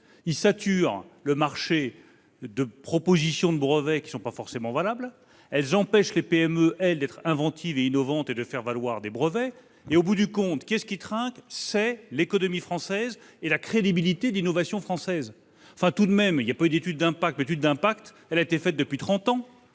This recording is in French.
Ils saturent le marché de propositions de brevets qui ne sont pas forcément valables. Ils empêchent les PME d'être inventives et innovantes et de faire valoir des brevets. Au bout du compte, qui est-ce qui trinque ? C'est l'économie française, c'est la crédibilité de l'innovation française ! Il n'y aurait pas d'étude d'impact ? Mais l'étude d'impact, elle a été faite depuis trente